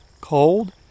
cold